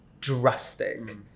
drastic